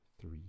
Three